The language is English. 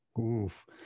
Oof